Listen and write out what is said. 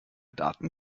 daten